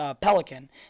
Pelican